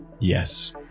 Yes